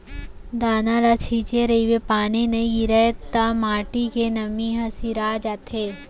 दाना ल छिंचे रहिबे पानी नइ गिरय त माटी के नमी ह सिरा जाथे